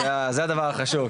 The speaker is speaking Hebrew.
זה הדבר החשוב,